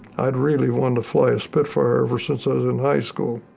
i'd really wanted to fly a spitfire ever since i was in high school.